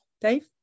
dave